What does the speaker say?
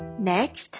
Next